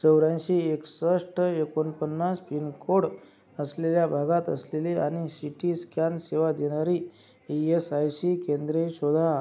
चौर्याऐंशी एकसष्ट एकोणपन्नास पिनकोड असलेल्या भागात असलेले आणि सी टी स्कॅन सेवा देणारी ई एस आय सी केंद्रे शोधा